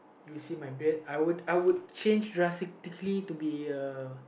you see my bed I would I would change drastically to be a